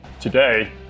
Today